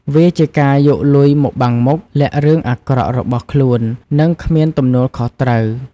វាជាការយកលុយមកបាំងមុខ លាក់រឿងអាក្រក់របស់ខ្លួន និងគ្មានទំនួលខុសត្រូវ។